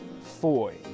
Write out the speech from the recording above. Foy